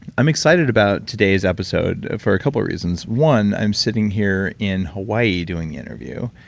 i'm excited about today's episode for a couple reasons. one, i'm sitting here in hawaii doing the interview,